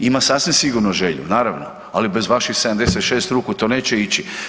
Ima sasvim sigurno želju naravno, ali bez vaših 76 ruku to neće ići.